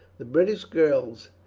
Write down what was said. the british girls,